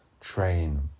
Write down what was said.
Train